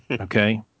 Okay